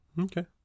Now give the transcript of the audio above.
Okay